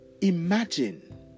imagine